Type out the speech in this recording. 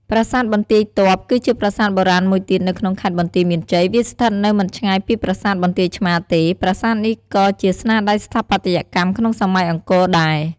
ប្រាសាទបន្ទាយទ័ព គឺជាប្រាសាទបុរាណមួយទៀតនៅក្នុងខេត្តបន្ទាយមានជ័យ វាស្ថិតនៅមិនឆ្ងាយពីប្រាសាទបន្ទាយឆ្មារទេ ប្រាសាទនេះក៏ជាស្នាដៃស្ថាបត្យកម្មក្នុងសម័យអង្គរដែរ។